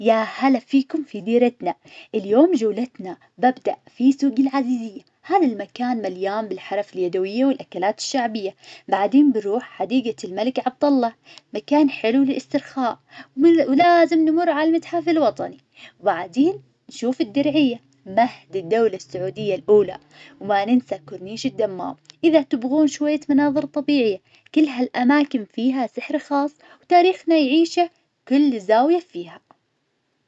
يا هلا فيكم في ديرتنا، اليوم جولتنا ببدأ في سوق العزيزية هذا المكان مليان بالحرف اليدوية والأكلات الشعبية، بعدين بروح حديقة الملك عبدالله مكان حلو للإسترخاء. ولا- ولازم نمر عالمتحف الوطني، وبعدين نشوف الدرعية مهد الدولة السعودية الأولى، وما ننسى كورنيش الدمام. إذا تبغون شوية مناظر طبيعية كل ها الأماكن فيها سحر خاص، وتاريخنا يعيشه كل زاوية فيها.